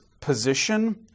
position